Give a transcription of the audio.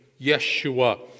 yeshua